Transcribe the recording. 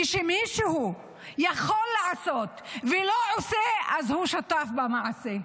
כשמישהו יכול לעשות ולא עושה, אז הוא שותף במעשה.